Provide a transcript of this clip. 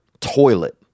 toilet